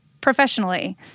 professionally